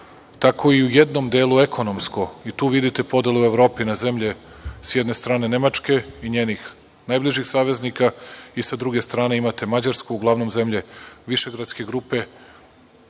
tako i u jednom delu ekonomsko i tu vidite podelu Evrope i na zemlje s jedne strane Nemačke i njenih najbližih saveznika i sa druge strane imate Mađarsku, uglavnom zemlje višegradske grupe